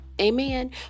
Amen